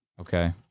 Okay